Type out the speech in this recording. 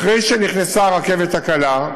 אחרי שנכנסה הרכבת הקלה,